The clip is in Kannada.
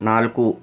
ನಾಲ್ಕು